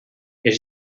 els